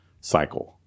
cycle